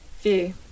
view